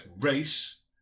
race